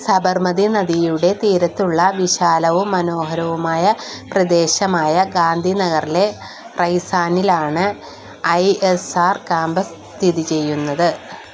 സബർമതി നദിയുടെ തീരത്തുള്ള വിശാലവും മനോഹരവുമായ പ്രദേശമായ ഗാന്ധിനഗറിലെ റൈസാനിലാണ് ഐ എസ് ആർ കാമ്പസ് സ്ഥിതി ചെയ്യുന്നത്